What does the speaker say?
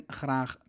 graag